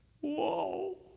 Whoa